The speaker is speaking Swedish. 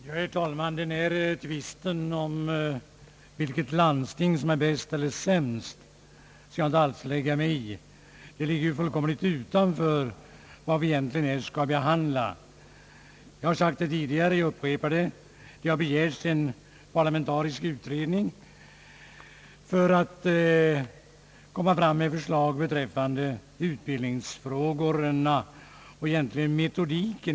Herr talman! Denna tvist om vilket landsting som är bäst eller sämst skall jag inte alls lägga mig i. Det ligger helt utanför det vi egentligen här skall behandla. Det har, som jag tidigare vid upprepade tillfällen har nämnt, begärts en parlamentarisk utredning som skall komma med förslag beträffande utbildningsfrågorna och deras metodik.